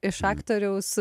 iš aktoriaus